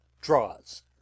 Draws